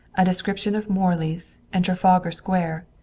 a description of morley's and trafalgar square,